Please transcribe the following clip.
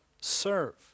serve